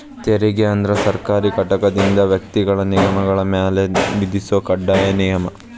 ತೆರಿಗೆ ಅಂದ್ರ ಸರ್ಕಾರಿ ಘಟಕದಿಂದ ವ್ಯಕ್ತಿಗಳ ನಿಗಮಗಳ ಮ್ಯಾಲೆ ವಿಧಿಸೊ ಕಡ್ಡಾಯ ನಿಯಮ